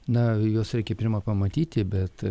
na juos reikia pirma pamatyti bet